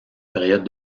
période